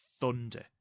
thunder